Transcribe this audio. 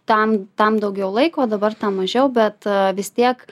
tam tam daugiau laiko dabar tą mažiau bet vis tiek